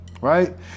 right